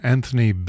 Anthony